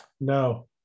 No